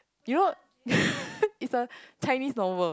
you know it's a Chinese novel